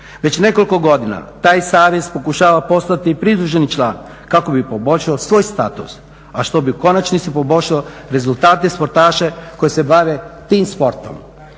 Već nekoliko godina taj savez pokušava postati pridruženi član kako bi poboljšao svoj status a što bi u konačnici poboljšalo rezultate sportaša koji se bave tim sportom.